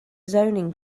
zoning